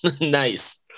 nice